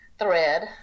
thread